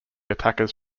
attackers